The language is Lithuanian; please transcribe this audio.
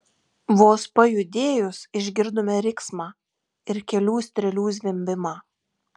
vos pajudėjus išgirdome riksmą ir kelių strėlių zvimbimą